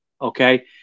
okay